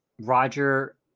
Roger